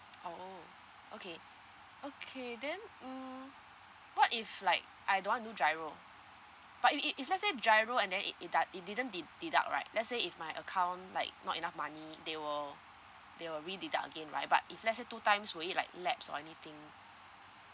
oh okay okay then hmm what if like I don't want do GIRO but if~ if let's say GIRO and then it it does~ t didn't de~ deduct right let's say if my account like not enough money they will they will rededuct again right but if let's say two times will it like laps or anything